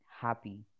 happy